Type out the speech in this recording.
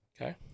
Okay